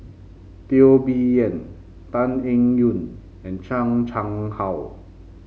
Teo Bee Yen Tan Eng Yoon and Chan Chang How